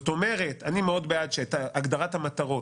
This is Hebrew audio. אני מאוד בעד שאת הגדרת המטרות,